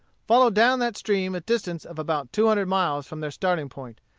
followed down that stream a distance of about two hundred miles from their starting-point,